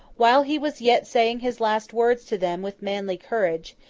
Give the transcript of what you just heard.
while he was yet saying his last words to them with manly courage,